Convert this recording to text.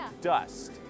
dust